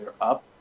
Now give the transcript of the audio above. up